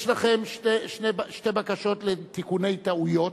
יש לכם שתי בקשות לתיקוני טעויות,